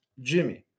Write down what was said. Jimmy